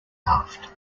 laughed